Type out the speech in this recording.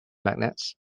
magnets